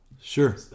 Sure